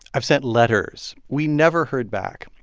i've sent letters. we never heard back.